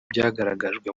byagaragajwe